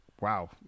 wow